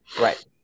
Right